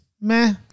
meh